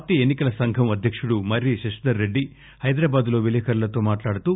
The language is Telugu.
పార్లీ ఎన్పికల సంఘం అధ్యక్తుడు మర్రి శశిధర్ రెడ్డి హైదరాబాద్ లో విలేఖరులతో మాట్లాడుతూ